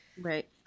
Right